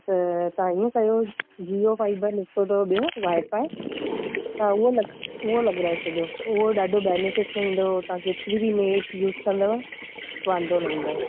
त तव्हां ईअं कयो जीओ फाइबर निकतो अथव ॿियो वाइ फाइ तव्हां उहो लगा उहो लगाराए छॾियो उहो ॾाढो बेनिफिट में ईंदव तव्हां केतिरी बि नेट यूज़ कंदव वांदो न ईंदव